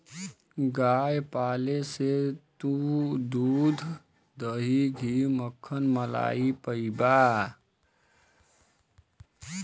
गाय पाले से तू दूध, दही, घी, मक्खन, मलाई पइबा